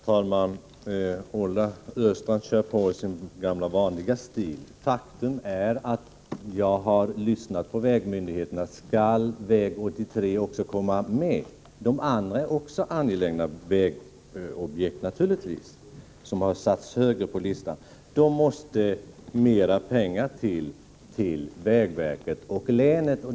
Herr talman! Olle Östrand kör på i sin gamla vanliga stil. Faktum är att jag har lyssnat på vägmyndigheterna — de objekt som satts högre på listan är naturligtvis också angelägna — och skall väg 83 komma med måste det ges mera pengar till vägverket och till länet.